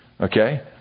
Okay